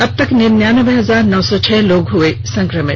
अब तक निन्यानबे हजार नौ सो छह लोग हुए हैं संकमित